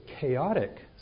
chaotic